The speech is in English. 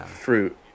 fruit